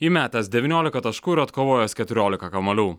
įmetęs devyniolika taškų ir atkovojęs keturiolika kamuolių